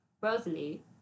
Rosalie